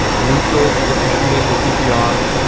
neutral if you're shooting with pp off.